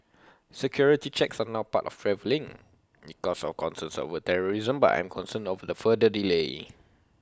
security checks are now part of travelling because of concerns over terrorism but I'm concerned over the further delay